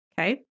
Okay